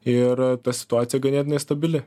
ir ta situacija ganėtinai stabili